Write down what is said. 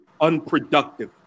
unproductive